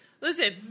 listen